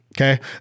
Okay